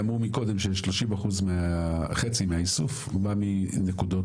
היום, אמרו מקודם שיש 30% חצי מהאיסוף בא מנקודות,